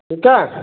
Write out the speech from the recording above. ठीकु आहे